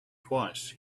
twice